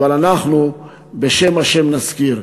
אבל אנחנו בשם ה' נזכיר.